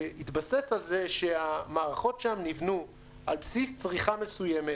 שהתבסס על זה שהמערכות שם נבנו על בסיס צריכה מסוימת.